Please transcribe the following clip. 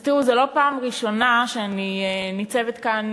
אז תראו, זו לא הפעם הראשונה שאני ניצבת כאן,